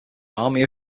army